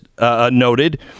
noted